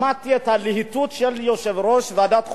שמעתי את הלהיטות של יושב-ראש ועדת החוקה,